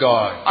God